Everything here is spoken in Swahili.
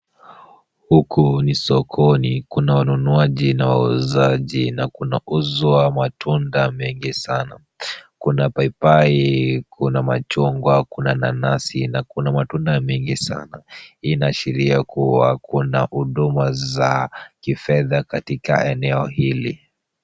Huku ni sokoni, kuna wanunuaji na wauzaji na kuna uzwa matunda mengi sana. Kuna paipai, kuna machungwa, kuna nanasi na kuna matunda mengi sana. Hii inaashiria kua kuna huduma za kifedha katika eneo hili.